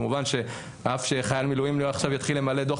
כמובן שאף אחד במילואים לא עכשיו יתחיל למלא דוח